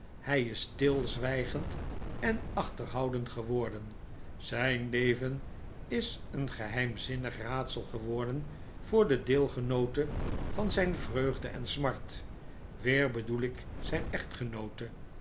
hij is stilzwijgend en achterhoudend geworden zijn leven is een geheimzinnig raadsel geworden voor de deelgenoote van zijn vreugde en smart weer bedoel ik zijn echtgenoote